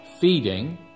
feeding